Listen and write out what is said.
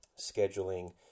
scheduling